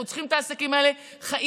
אנחנו צריכים את העסקים האלה חיים,